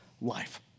life